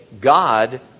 God